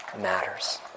matters